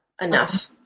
enough